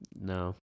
No